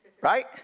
Right